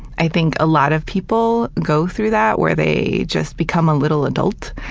i think a lot of people go through that where they just become a little adult,